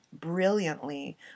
brilliantly